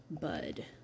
bud